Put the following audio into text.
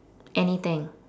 anything